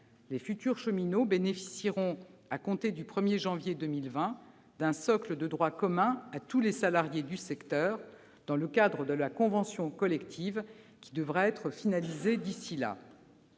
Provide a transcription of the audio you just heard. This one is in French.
les futurs cheminots bénéficieront, à compter du 1 janvier 2020, d'un socle de droits communs à tous les salariés du secteur, dans le cadre de la convention collective qui devra être finalisée d'ici là.